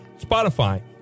Spotify